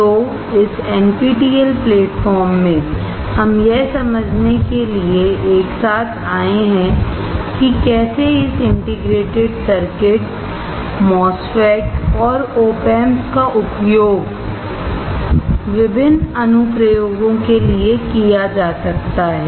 तो इस NPTEL platform में हम यह समझने के लिए एक साथ आए हैं कि कैसे इस इंटीग्रेटेड सर्किट MOSFET और Op amps का उपयोग विभिन्न अनु प्रयोगों के लिए किया जा सकता है